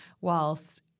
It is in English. whilst